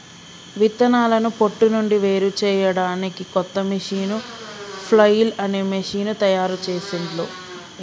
విత్తనాలను పొట్టు నుండి వేరుచేయడానికి కొత్త మెషీను ఫ్లఐల్ అనే మెషీను తయారుచేసిండ్లు